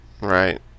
right